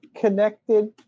connected